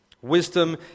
Wisdom